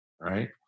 right